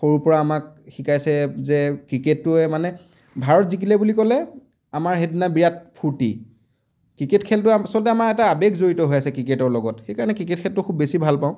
সৰুৰ পৰা আমাক শিকাইছে যে ক্ৰিকেটটোৱে মানে ভাৰত জিকিলে বুলি ক'লে আমাৰ সেইদিনা বিৰাট ফূৰ্তি ক্ৰিকেট খেলটো আচলতে আমাৰ এটা আৱেগ জড়িত হৈ আছে ক্ৰিকেটৰ লগত সেইকাৰণে ক্ৰিকেট খেলটো খুব বেছি ভাল পাওঁ